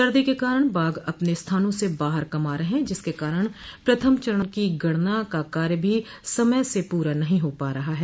सर्दी के कारण बाघ अपने स्थानों से बाहर कम आ रहे हैं जिसके कारण प्रथम चरण की गणना का कार्य भी समय से पूरा नहीं हो पा रहा है